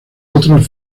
otros